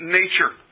nature